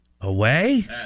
away